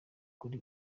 kuri